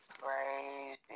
crazy